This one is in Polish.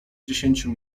dziesięciu